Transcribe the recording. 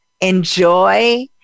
enjoy